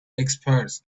experts